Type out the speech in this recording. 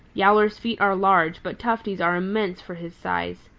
yowler's feet are large, but tufty's are immense for his size.